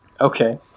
Okay